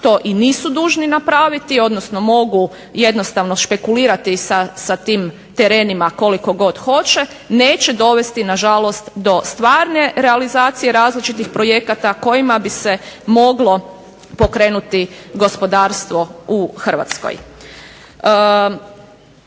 to i nisu dužni napraviti, odnosno mogu jednostavno špekulirati sa tim terenima koliko god hoće. Neće dovesti na žalost do stvarne realizacije različitih projekata kojima bi se moglo pokrenuti gospodarstvo u Hrvatskoj.